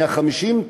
150,000,